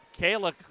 Kayla